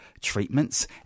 treatments